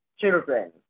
children